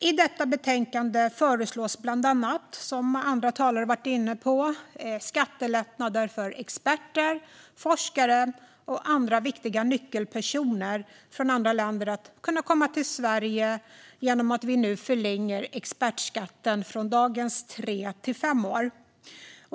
I betänkandet föreslås bland annat, som andra talare har varit inne på, skattelättnader för experter, forskare och andra viktiga nyckelpersoner från andra länder. De ska lättare kunna komma till Sverige genom att vi nu förlänger expertskatten från dagens tre till fem år.